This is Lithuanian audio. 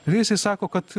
visi sako kad